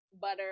butter